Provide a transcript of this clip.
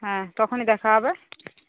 হ্যাঁ তখনই দেখা হবে